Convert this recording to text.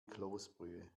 kloßbrühe